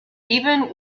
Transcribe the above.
even